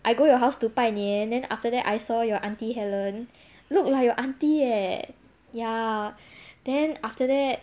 I go your house to 拜年 then after that I saw your aunty helen look like your aunty eh ya then after that